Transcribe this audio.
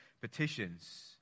petitions